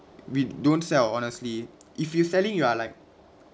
we don't sell honestly if you selling you are like